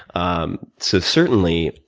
um so certainly,